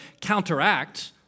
counteract